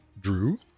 Drew